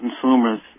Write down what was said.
consumers